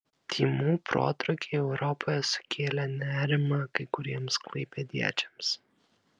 tymų protrūkiai europoje sukėlė nerimą kai kuriems klaipėdiečiams